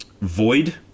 void